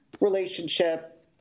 relationship